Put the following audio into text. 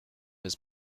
his